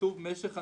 כתוב "משך הנסיעה"